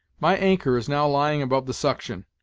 my anchor is now lying above the suction,